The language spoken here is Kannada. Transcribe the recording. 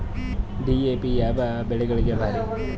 ಡಿ.ಎ.ಪಿ ಯಾವ ಬೆಳಿಗೊಳಿಗ ಭಾರಿ?